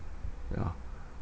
ya